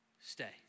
stay